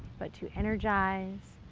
but to energize,